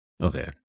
Okay